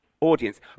audience